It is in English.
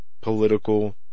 political